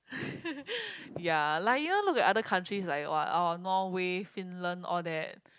ya like you know look at other countries like !wow! oh Norway Finland all that